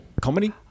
comedy